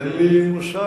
אין לי מושג.